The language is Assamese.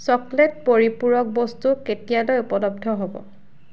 চকলেট পৰিপূৰক বস্তু কেতিয়ালৈ উপলব্ধ হ'ব